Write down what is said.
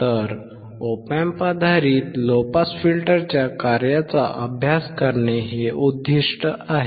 तर Op Amp आधारित low pass फिल्टरच्या कार्याचा अभ्यास करणे हे उद्दिष्ट आहे